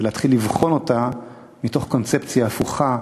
ולהתחיל לבחון אותו מתוך קונספציה הפוכה,